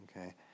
Okay